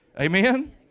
Amen